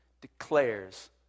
declares